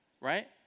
right